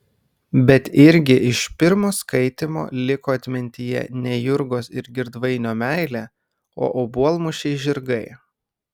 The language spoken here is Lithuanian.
bet irgi iš pirmo skaitymo liko atmintyje ne jurgos ir girdvainio meilė o obuolmušiai žirgai